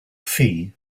phi